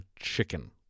chicken